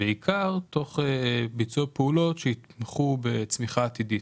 בעיקר תוך ביצוע פעולות שיתמכו בצמיחה עתידית,